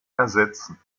ersetzen